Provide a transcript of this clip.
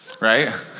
right